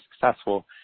successful